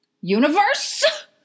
universe